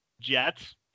Jets